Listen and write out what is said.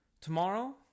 Tomorrow